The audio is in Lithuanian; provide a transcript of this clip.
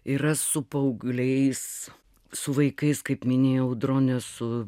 yra su paaugliais su vaikais kaip minėjo audronė su